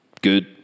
good